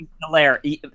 hilarious